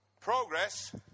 progress